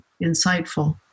insightful